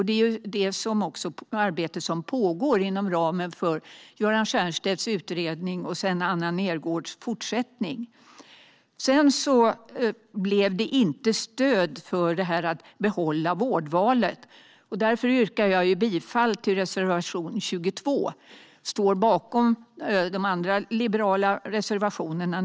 Det pågår ett arbete inom ramen för Göran Stiernstedts utredning och Anna Nergårdhs fortsättning. Sedan blev det inte stöd för att behålla vårdvalet. Därför yrkar jag bifall till reservation 22. Jag står naturligtvis bakom de andra liberala reservationerna.